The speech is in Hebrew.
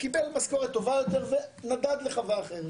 קיבל הצעה למשכורת טובה יותר ונדד לחווה אחרת.